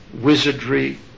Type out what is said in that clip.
wizardry